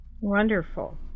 Wonderful